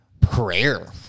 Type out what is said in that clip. prayer